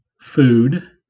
food